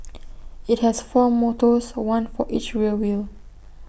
IT has four motors one for each rear wheel